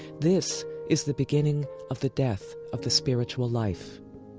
this is the beginning of the death of the spiritual life,